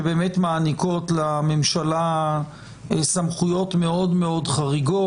שבאמת מעניקות לממשלה סמכויות מאוד מאוד חריגות.